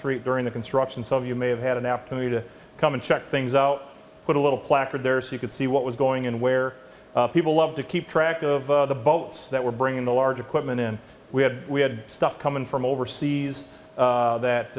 street during the construction so you may have had an opportunity to come and check things out put a little placard there so you could see what was going on where people love to keep track of the boats that were bringing the large equipment in we had we had stuff come in from overseas that